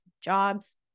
jobs